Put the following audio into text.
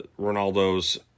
Ronaldo's